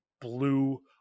blue